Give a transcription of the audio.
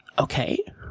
Okay